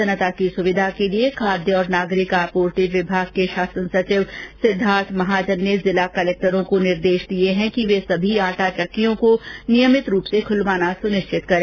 जनता की सुविधा के लिए खाद्य और नागरिक आपूर्ति विभाग के शासन सचिव सिद्धार्थ महाजन ने जिला कलेक्टरों को निर्देश दिए है कि वे सभी आटा चक्कियों को नियमित रूप से खुलवाना सुनिश्चित करें